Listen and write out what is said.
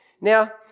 Now